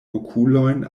okulojn